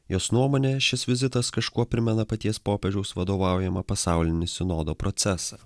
jos nuomone šis vizitas kažkuo primena paties popiežiaus vadovaujamą pasaulinį sinodo procesą